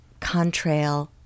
contrail